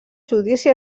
judici